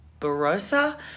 Barossa